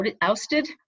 ousted